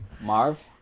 Marv